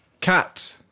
cat